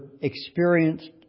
experienced